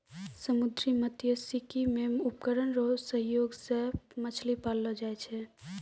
समुन्द्री मत्स्यिकी मे उपकरण रो सहयोग से मछली पाललो जाय छै